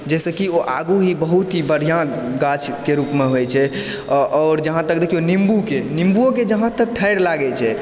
जाहिसँ कि ओ आगू ही बहुत ही बढ़िऑं गाछके रूप मे होइ छै आओर जहाँ तक देखियौ निम्बूके निम्बूओके जहाँ तक ठारि लागै छै